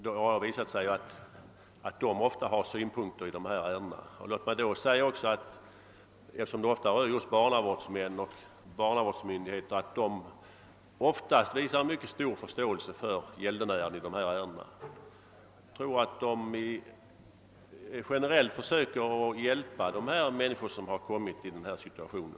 Det har visat sig att denne ofta har synpunkter i dessa ärenden. Barnavårdsmän och barnavårdsmyndigheter, som ofta är inblandade i dessa sammanhang, visar oftast mycket stor förståelse för gäldenären i dessa ärenden. Jag tror att de generellt försöker hjälpa de människor som kommit i denna situation.